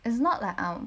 it's not like I'm